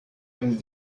dem